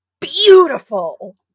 beautiful